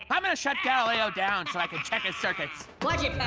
i'm going to shut galileo down, so i can check his circuits. watch it,